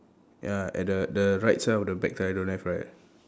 ya at the the right side of the back tyre don't have right